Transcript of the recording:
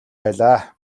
байлаа